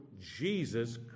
Jesus